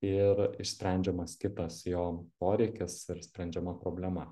ir išsprendžiamas kitas jo poreikis ir sprendžiama problema